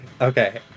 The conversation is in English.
Okay